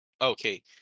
Okay